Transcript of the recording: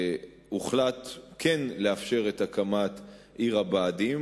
הוחלט כן לאפשר את הקמת עיר הבה"דים,